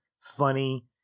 funny